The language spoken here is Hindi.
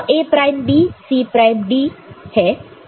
यह A prime B C prime D है